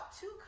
two